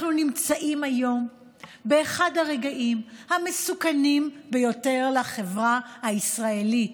אנחנו נמצאים היום באחד הרגעים המסוכנים ביותר לחברה הישראלית.